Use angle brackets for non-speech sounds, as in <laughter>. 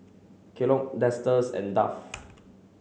Kellogg <unintelligible> and Dove